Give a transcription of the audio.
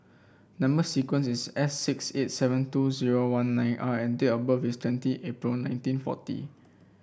number sequence is S six eight seven two zero one nine R and date of birth is twenty April nineteen forty